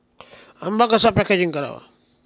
आंबा कसा पॅकेजिंग करावा?